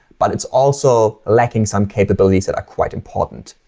but it's also lacking some capabilities that are quite important.